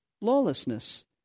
lawlessness